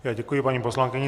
Já děkuji paní poslankyni.